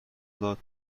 داد